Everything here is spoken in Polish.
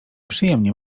przyjemnie